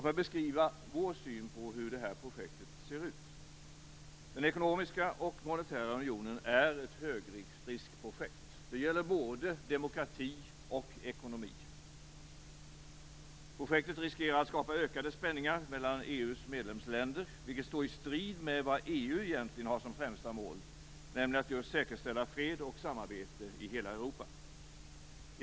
Låt mig beskriva vår syn på hur det här projektet ser ut. Den ekonomiska och monetära unionen är ett högriskprojekt. Det gäller både demokrati och ekonomi. Projektet riskerar att skapa ökade spänningar mellan EU:s medlemsländer, vilket står i strid med det som EU egentligen har som främsta mål, nämligen att säkerställa fred och samarbete i hela Europa.